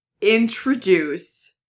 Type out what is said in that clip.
introduce